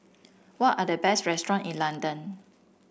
what are the best restaurant in London